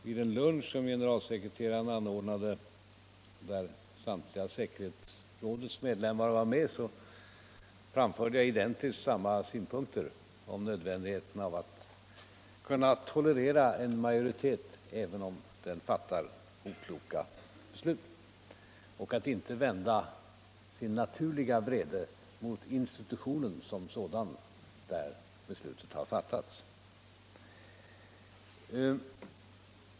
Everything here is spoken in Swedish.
Vid en lunch som FN:s generalsekreterare anordnade och där säkerhetsrådets samtliga medlemmar var med framförde jag identiskt samma synpunkter om nödvändigheten av att kunna tolerera en majoritet, även om den fattar okloka beslut, och att inte vända sin naturliga vrede mot institutionen som sådan, där beslutet har fattats.